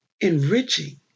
enriching